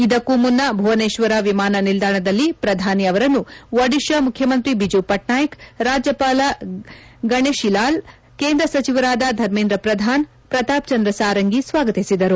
ಇದಕ್ಕೂ ಮುನ್ನಾ ಭುವನೇಶ್ವರ ವಿಮಾನ ನಿಲ್ದಾಣದಲ್ಲಿ ಪ್ರಧಾನಿ ಅವರನ್ನು ಒಡಿತಾ ಮುಖ್ಯಮಂತ್ರಿ ಬಿಜು ಪಟ್ನಾಯಕ್ ರಾಜ್ಯಪಾಲ ಗಣೇಶಿಲಾಲ್ ಕೇಂದ್ರ ಸಚಿವರಾದ ಧರ್ಮೆಂದ್ರ ಪ್ರಧಾನ್ ಪ್ರತಾಪ್ ಚಂದ್ರ ಸಾರಂಗಿ ಸ್ನಾಗತಿಸಿದರು